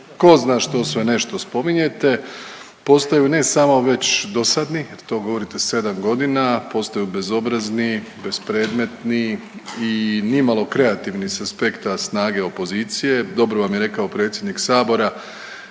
tko zna što sve ne što spominjete postaju ne samo već dosadni jer to govorite sedam godina. Postaju bezobrazni, bespredmetni i ni malo kreativni sa aspekta snage opozicije. Dobro vam je rekao predsjednik Sabora.